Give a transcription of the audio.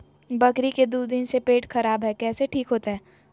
बकरी के दू दिन से पेट खराब है, कैसे ठीक होतैय?